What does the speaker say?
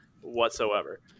whatsoever